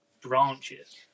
branches